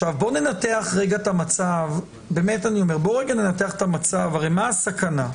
בואו ננתח רגע את המצב, הרי מה הסכנה?